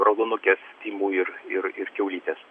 raudonukės tymų ir ir kiaulytės